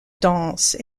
dense